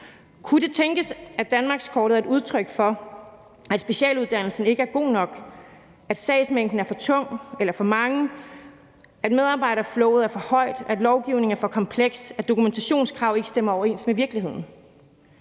Kunne det tænkes, at danmarkskortet er et udtryk for, at specialuddannelsen ikke er god nok, at sagsmængden er for tung eller for stor, at medarbejderflowet er for højt, at lovgivningen er for kompleks, og at dokumentationskrav ikke stemmer overens med virkeligheden?